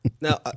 Now